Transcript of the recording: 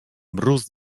mróz